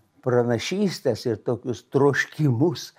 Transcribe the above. pranašystes ir tokius troškimus